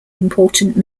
important